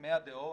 100 דעות,